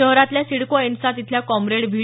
शहरातल्या सिडको एन सात इथल्या कॉप्रेड व्ही